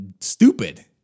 stupid